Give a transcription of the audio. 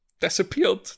disappeared